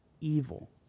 evil